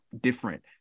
different